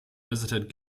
visited